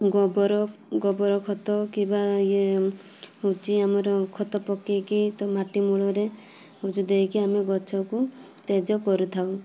ଗୋବର ଗୋବର ଖତ କିବା ଇଏ ହେଉଛି ଆମର ଖତ ପକାଇକି ତ ମାଟି ମୂଳରେ ହେଉଛି ଦେଇକି ଆମେ ଗଛକୁ ତେଜ କରିଥାଉ